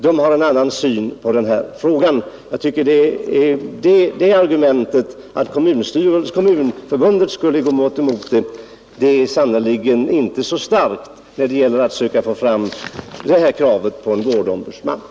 Argumentet att Kommunförbundet skulle ha haft en annan uppfattning än dessa andra organ om kravet på en vårdombudsman tycker jag sannerligen inte är särskilt starkt.